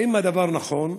1. האם הדבר נכון?